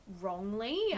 wrongly